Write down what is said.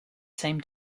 same